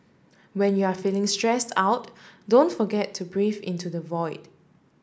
when you are feeling stressed out don't forget to breathe into the void